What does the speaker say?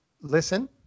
listen